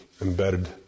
embedded